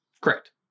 Correct